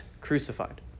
crucified